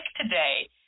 today